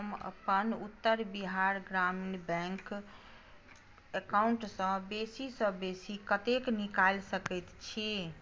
हम अपन उत्तर बिहार ग्रामीण बैंक अकाउंटसँ बेसी सँ बेसी कतेक निकालि सकैत छी